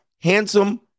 Handsome